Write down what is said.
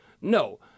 No